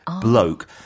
Bloke